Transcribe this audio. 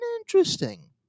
interesting